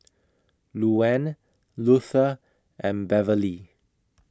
Luanne Luther and Beverley